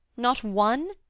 not one?